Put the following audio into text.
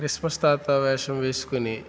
Christmas తాత వేషం వేసుకుని